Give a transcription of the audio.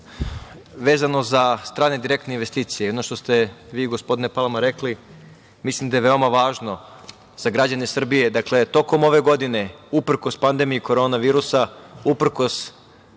vezano za strane direktne investicije i ono što ste vi, gospodine Palma rekli, mislim da je veoma važno za građane Srbije, dakle tokom ove godine uprkos pandemiji korona virusa, uprkos